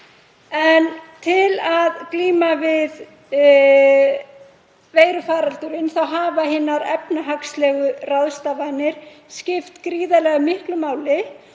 En til að glíma við veirufaraldurinn hafa hinar efnahagslegu ráðstafanir skipt gríðarlega miklu máli